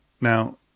Now